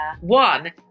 One